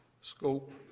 scope